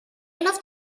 enough